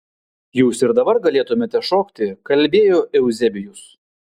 jūs ir dabar galėtumėte šokti kalbėjo euzebijus